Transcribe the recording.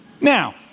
Now